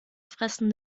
fressen